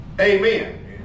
Amen